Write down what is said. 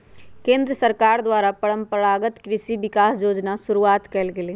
केंद्र सरकार द्वारा परंपरागत कृषि विकास योजना शुरूआत कइल गेलय